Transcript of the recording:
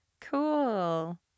cool